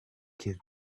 give